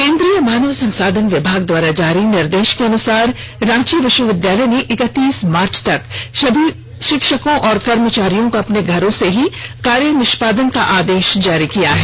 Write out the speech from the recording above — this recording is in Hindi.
केंद्रीय मानव संसाधन विभाग द्वारा जारी निर्देश के अनुसार रांची विश्वविद्यालय ने इक्कतीस मार्च तक सभी शिक्षकों और कर्मचारियों को अपने घरों से ही कार्य निष्पादन का आदेश जारी किया है